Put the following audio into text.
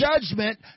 judgment